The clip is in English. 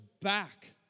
back